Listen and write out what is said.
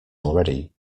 already